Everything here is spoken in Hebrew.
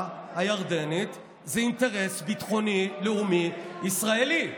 הירדנית זה אינטרס ביטחוני לאומי ישראלי.